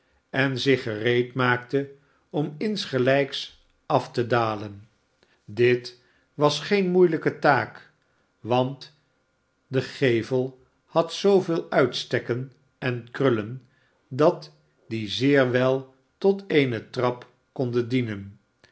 en zich gereed maakte om insgelijks af te dalen dit was geen moeielijke taak want de gevel had zooveel uitstekken en krullen dat die zeer wel tot eene trap konden dienen